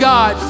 God